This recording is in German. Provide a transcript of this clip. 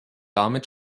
damit